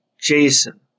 Jason